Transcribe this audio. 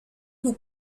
who